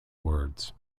words